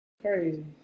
crazy